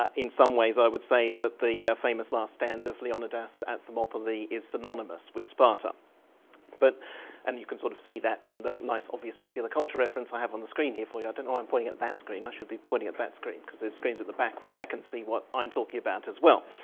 in some ways i would say that the famous last stand of leonidas at thermopylae is synonymous with sparta but and you can sort of see that in the nice obvious popular culture reference i have on the screen here for you. i don't know why i'm pointing at that screen, i should be pointing at that screen because there's screens at the back where i can see what i'm talking about as well!